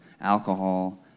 alcohol